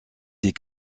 des